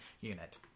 Unit